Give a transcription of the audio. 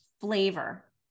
flavor